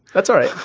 that's all right.